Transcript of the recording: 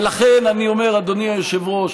ולכן, אני אומר, אדוני היושב-ראש,